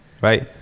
Right